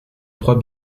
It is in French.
trois